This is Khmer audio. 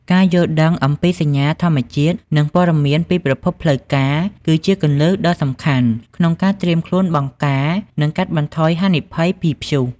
ការយល់ដឹងអំពីសញ្ញាធម្មជាតិ និងព័ត៌មានពីប្រភពផ្លូវការ គឺជាគន្លឹះដ៏សំខាន់ក្នុងការត្រៀមខ្លួនបង្ការ និងកាត់បន្ថយហានិភ័យពីព្យុះ។